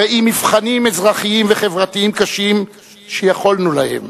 בראי מבחנים אזרחיים וחברתיים קשים שיכולנו להם,